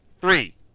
Three